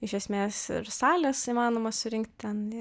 iš esmės ir sales įmanoma surinkt ten